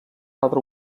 altra